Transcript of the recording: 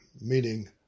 meaning